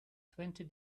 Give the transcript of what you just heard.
twenty